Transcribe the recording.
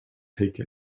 take